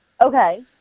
Okay